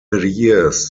years